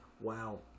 Wow